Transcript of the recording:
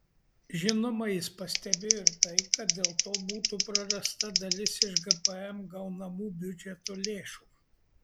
žinoma jis pastebėjo ir tai kad dėl to būtų prarasta dalis iš gpm gaunamų biudžeto lėšų